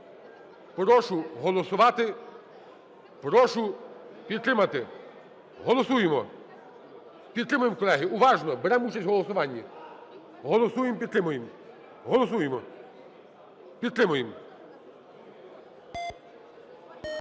Прошу голосувати, прошу підтримати. Голосуємо! Підтримуємо, колеги. Уважно! Беремо участь у голосуванні. Голосуємо, підтримуємо! Голосуємо, підтримуємо.